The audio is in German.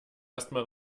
erstmal